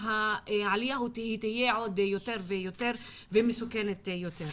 העלייה תהיה יותר ויותר ומסוכנת יותר.